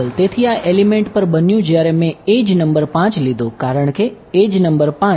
તેથી આ મને ડાબી બાજુ આપશે